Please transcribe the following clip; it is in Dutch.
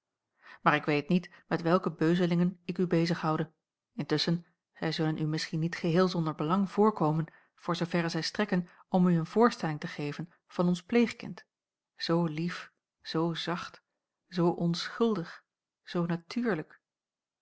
maar ik weet niet met welke beuzelingen ik u bezig houde intusschen zij zullen u misschien niet geheel zonder belang voorkomen voor zooverre zij strekken om u een voorstelling te geven van ons pleegkind zoo lief zoo zacht zoo onschuldig zoo natuurlijk